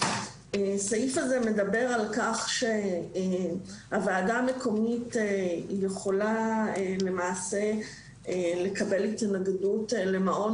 הסעיף הזה מדבר על כך שהוועדה המקומית יכולה למעשה לקבל התנגדות למעון